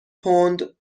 پوند